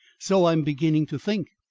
so i'm beginning to think.